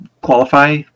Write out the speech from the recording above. qualify